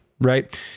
right